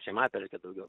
žemapelkė daugiau